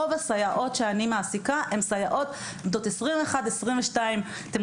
רוב הסייעות שאני מעסיקה הן סייעות בנות 21-22. אתם